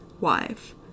wife